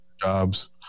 jobs